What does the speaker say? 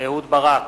אהוד ברק,